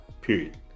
period